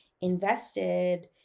invested